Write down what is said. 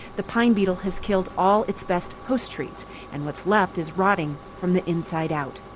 the pine beetle has killed all its best host trees and what's left is rotting from the inside out.